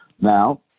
Now